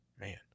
Man